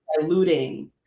diluting